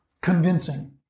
convincing